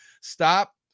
stop